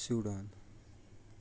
Sweden